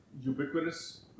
ubiquitous